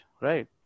right